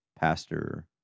Pastor